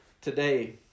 today